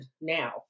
now